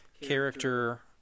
character